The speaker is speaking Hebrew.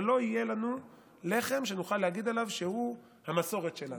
אבל לא יהיה לנו לחם שנוכל להגיד עליו שהוא המסורת שלנו.